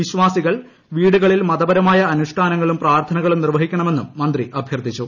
വിശ്വാസികൾ വീടുകളിൽ മതപരമായ അനുഷ്ഠാനങ്ങളും പ്രാർത്ഥനകളും നിർവഹിക്കണമെന്നും മന്ത്രി അഭ്യർത്ഥിച്ചു